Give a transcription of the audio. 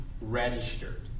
registered